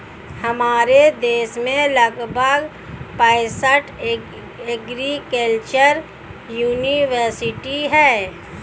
हमारे देश में लगभग पैंसठ एग्रीकल्चर युनिवर्सिटी है